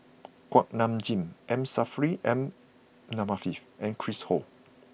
Kuak Nam Jin M Saffri Manaf and Chris Ho